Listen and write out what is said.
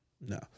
No